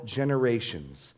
generations